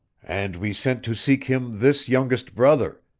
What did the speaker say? and we sent to seek him this youngest brother,